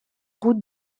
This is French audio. route